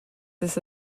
this